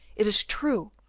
it is true,